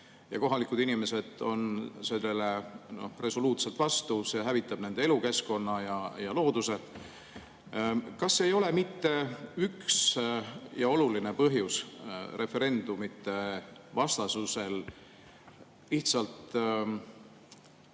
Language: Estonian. aga kohalikud inimesed on sellele resoluutselt vastu, sest see hävitab nende elukeskkonna ja looduse. Kas ei ole mitte üks ja oluline põhjus referendumite vastasusel lihtsalt